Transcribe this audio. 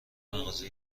مغازه